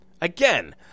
Again